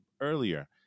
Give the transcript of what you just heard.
earlier